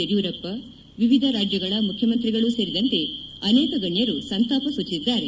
ಯಡಿಯೂರಪ್ಪ ವಿವಿಧ ರಾಜ್ಯಗಳ ಮುಖ್ಯಮಂತ್ರಿಗಳು ಸೇರಿದಂತೆ ಅನೇಕ ಗಣ್ಯರು ಸಂತಾಪ ಸೂಚಿಸಿದ್ದಾರೆ